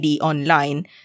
online